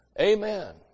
Amen